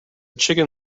chicken